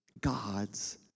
God's